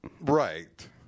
Right